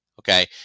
Okay